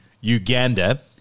Uganda